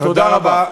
תודה רבה.